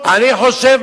אני חושב,